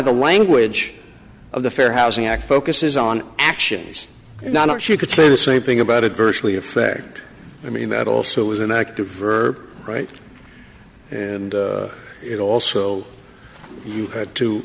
the language of the fair housing act focuses on actions not she could say the same thing about it virtually affect i mean that also is an active or right it also you had to